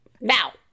Now